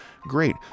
great